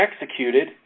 executed